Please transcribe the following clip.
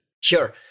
Sure